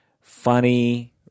funny